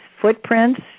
footprints